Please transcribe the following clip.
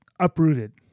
Uprooted